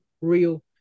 real